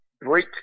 break